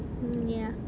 mm ya